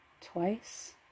twice